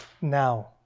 now